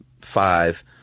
five